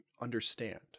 understand